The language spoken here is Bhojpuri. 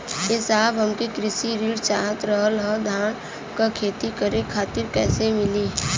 ए साहब हमके कृषि ऋण चाहत रहल ह धान क खेती करे खातिर कईसे मीली?